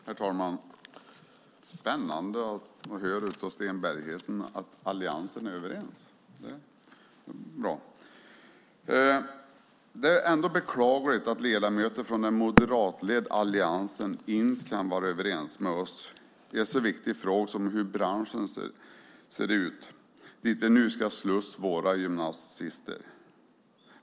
Herr talman! Det är spännande att höra av Sten Bergheden att ni i Alliansen är överens. Det är bra. Det är ändå beklagligt att ledamöter från den moderatledda alliansen inte kan vara överens med oss i en så viktig fråga som hur branschen ser ut dit vi nu ska slussa våra gymnasister.